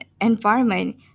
environment